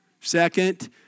Second